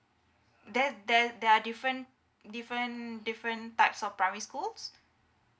there there there are different different different types of primary schools